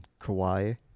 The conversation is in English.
Kawhi